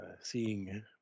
seeing